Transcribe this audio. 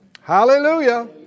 Hallelujah